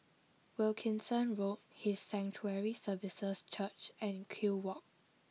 Wilkinson Road His Sanctuary Services Church and Kew Walk